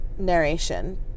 narration